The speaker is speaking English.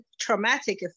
traumatic